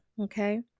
okay